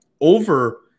Over